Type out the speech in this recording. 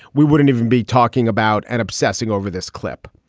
we wouldn't even be talking about and obsessing over this clip.